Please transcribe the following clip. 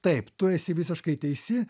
taip tu esi visiškai teisi